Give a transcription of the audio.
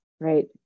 right